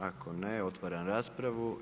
Ako ne, otvaram raspravu.